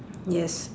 yes